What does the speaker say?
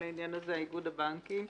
איגוד הבנקים